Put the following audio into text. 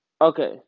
okay